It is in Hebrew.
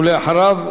ואחריו,